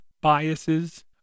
biases